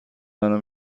منو